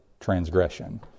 transgression